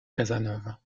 casanova